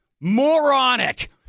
Moronic